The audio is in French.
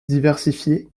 diversifié